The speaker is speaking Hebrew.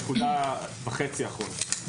נקודה וחצי אחרונות.